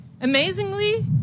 Amazingly